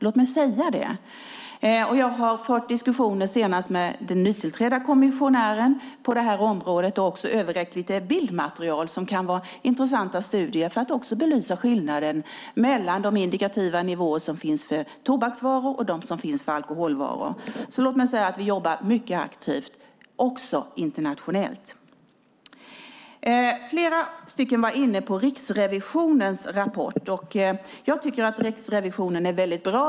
Jag har senast fört diskussioner med den nytillträdda kommissionären på området och även överräckt lite bildmaterial som kan vara intressant att studera för att belysa skillnaden mellan de indikativa nivåer som finns för tobaksvaror och de som finns för alkoholvaror. Låt mig därför säga att vi jobbar mycket aktivt, också internationellt. Flera var inne på Riksrevisionens rapport. Jag tycker att Riksrevisionen är mycket bra.